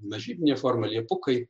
mažybinė forma liepukai